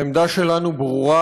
העמדה שלנו ברורה: